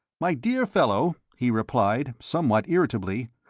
my dear fellow, he replied, somewhat irritably,